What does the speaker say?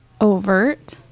overt